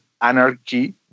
anarchy